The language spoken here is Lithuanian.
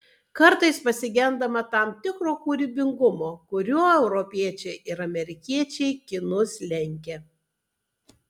kartais pasigendama tam tikro kūrybingumo kuriuo europiečiai ir amerikiečiai kinus lenkia